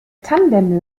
tandem